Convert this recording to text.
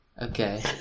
Okay